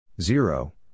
Zero